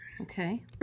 Okay